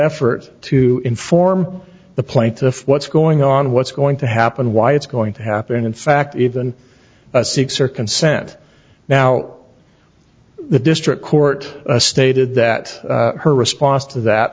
effort to inform the plaintiff what's going on what's going to happen why it's going to happen and in fact even six or consent now the district court stated that her response to that